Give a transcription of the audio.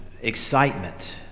excitement